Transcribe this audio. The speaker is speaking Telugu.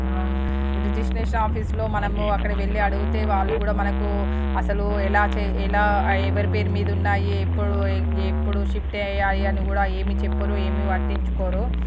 రిజిస్ట్రేషన్ ఆఫీస్లో మనం అక్కడ వెళ్ళి అడిగితే వాళ్ళు కూడా మనకు అసలు ఎలా చె ఎలా ఎవరి పేరు మీద ఉన్నాయి ఎప్పుడు ఎప్పుడు షిఫ్ట్ అయ్యాయి అని కూడా ఏమి చెప్పరు ఏమి పట్టించుకోరు